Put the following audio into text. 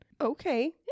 Okay